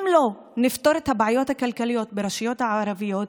אם לא נפתור את הבעיות הכלכליות ברשויות הערביות,